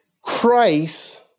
Christ